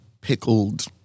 pickled